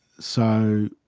so,